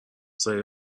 سایه